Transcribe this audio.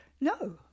No